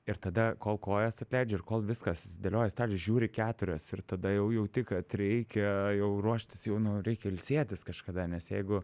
ir tada kol kojas atleidžia ir kol viskas susidėlioja žiūri keturios ir tada jau jauti kad reikia jau ruoštis jau nu reikia ilsėtis kažkada nes jeigu